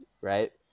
right